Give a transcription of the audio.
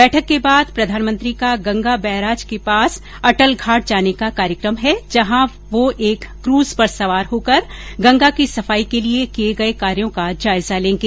बैठक के बाद प्रधानमंत्री का गंगा बैराज के पास अटल घाट जाने का कार्यक्रम हैं जहां वे एक क्र्ज पर सवार होकर गंगा की सफाई के लिए किए गए कार्यों का जायजा लेंगे